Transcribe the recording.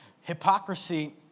hypocrisy